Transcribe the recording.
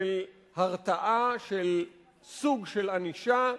של הרתעה, של סוג של ענישה.